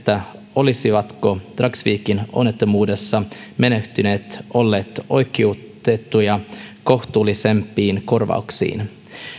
olisivatko dragsvikin onnettomuudessa menehtyneet olleet oikeutettuja kohtuullisempiin korvauksiin